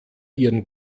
ihren